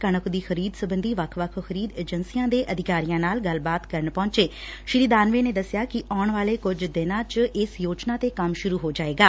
ਕਣਕ ਦੀ ਖਰੀਦ ਸਬੰਧੀ ਵੱਖ ਵੱਖ ਖਰੀਦ ਏਜੰਸੀਆਂ ਦੇ ਅਧਿਕਾਰੀਆਂ ਨਾਲ ਗੱਲਬਾਤ ਕਰਨ ਪਹੁੰਚੇ ਸ੍ਰੀ ਦਾਨਵੇ ਨੇ ਦਸਿਆ ਕਿ ਆਉਣ ਵਾਲੇ ਕੁਝ ਦਿਨਾਂ ਚ ਇਸ ਯੋਜਨਾ ਤੇ ਕੰਮ ਸੁਰੂ ਹੋ ਜਾਏਗਾ